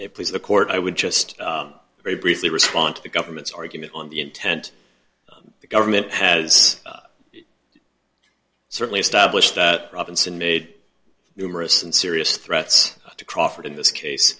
it please the court i would just very briefly respond to the government's argument on the intent the government has certainly established that robinson made numerous and serious threats to crawford in this case